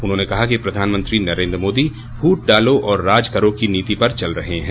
उन्होंने कहा कि प्रधानमंत्री नरेन्द्र मोदी फूट डालो और राज करो की नीति पर चल रहे हैं